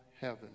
heaven